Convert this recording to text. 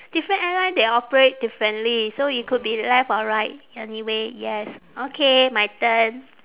different airline they operate differently so it could be left or right anyway yes okay my turn